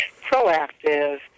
proactive